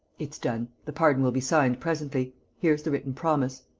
it's done. the pardon will be signed presently. here is the written promise.